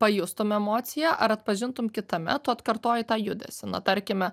pajustum emociją ar atpažintum kitame tu atkartoji tą judesį na tarkime